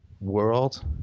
world